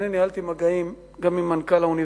אני חייב להגיד שאני ניהלתי מגעים עם מנכ"ל האוניברסיטה,